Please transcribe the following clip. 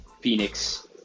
Phoenix